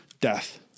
death